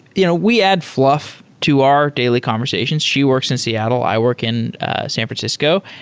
you know we add fl uff to our daily conversations. she works in seattle. i work in san francisco,